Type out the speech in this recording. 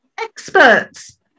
experts